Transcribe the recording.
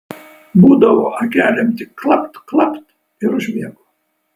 būdavo akelėm tik klapt klapt ir užmiegu